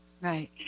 Right